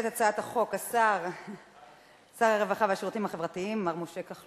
ותועבר לוועדת העבודה, הרווחה והבריאות של הכנסת